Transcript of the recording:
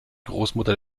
großmutter